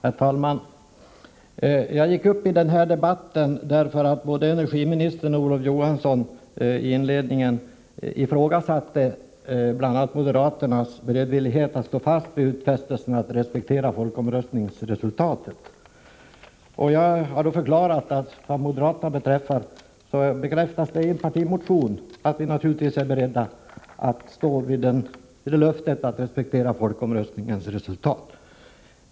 Herr talman! Jag gick upp i denna debatt, eftersom både energiministern och Olof Johansson inledningsvis ifrågasatte bl.a. moderaternas beredvillighet att stå fast vid utfästelsen att respektera folkomröstningsresultatet. Jag förklarade att moderaterna har bekräftat i en partimotion att moderaterna naturligtvis är beredda att stå fast vid löftet att respektera folkomröstningsresultatet.